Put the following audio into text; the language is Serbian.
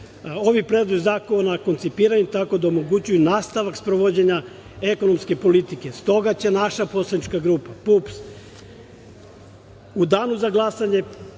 ovi predlozi zakona koncipirani tako da omogućuju nastavak sprovođenja ekonomske politike. Stoga će naša poslanička grupa PUPS u danu za glasanje